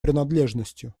принадлежностью